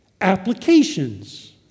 applications